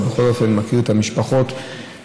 אבל בכל אופן אני מכיר את המשפחות מכל